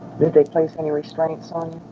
did they place any restraints on